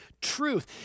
truth